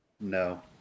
No